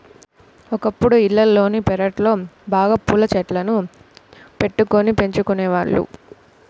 ఒకప్పుడు ఇళ్లల్లోని పెరళ్ళలో బాగా పూల చెట్లను బెట్టుకొని పెంచుకునేవాళ్ళు